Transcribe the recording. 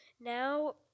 Now